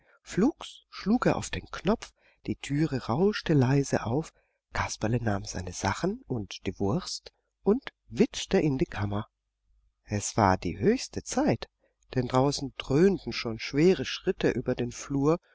flugs schlug er auf den knopf die türe rauschte leise auf kasperle nahm seine sachen und die wurst und witschte in die kammer es war die höchste zeit denn draußen dröhnten schon schwere schritte über den flur